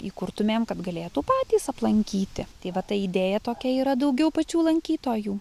įkurtumėm kad galėtų patys aplankyti tai va ta idėja tokia yra daugiau pačių lankytojų